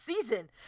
season